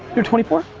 you're twenty four?